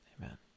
Amen